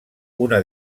una